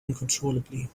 uncontrollably